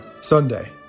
Sunday